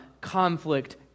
conflict